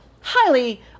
highly